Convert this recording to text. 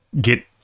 Get